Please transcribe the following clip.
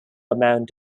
amount